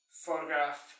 photograph